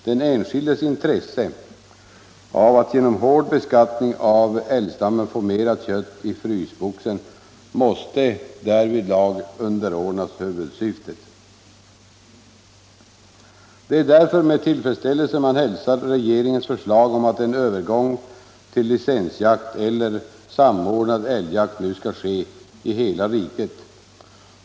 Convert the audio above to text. Den enskildes intresse av att genom hård beskattning av älgstammen få mera kött i frysboxen måste underordnas huvudsyftet. Det är därför med tillfredsställelse man hälsar regeringens förslag om att en övergång till licensjakt eller samordnad älgjakt nu skall ske i hela riket.